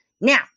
Now